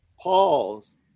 pause